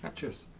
and cheers.